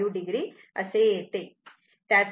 5 o येते